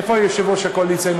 איפה יושב-ראש הקואליציה?